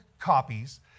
copies